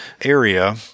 area